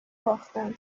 باختن